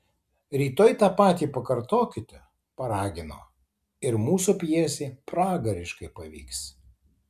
rytoj tą patį pakartokite paragino ir mūsų pjesė pragariškai pavyks